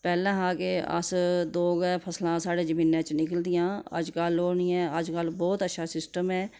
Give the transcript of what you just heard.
पैह्लें हा कि अस दो गै फसलां साढ़ी जमीनै च निकलदियां अज्जकल ओह् नी ऐ अज्जकल बोह्त अच्छा सिस्टम ऐ